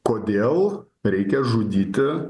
kodėl reikia žudyti